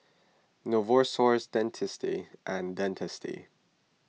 Novosource Dentiste and Dentiste